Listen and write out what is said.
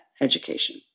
education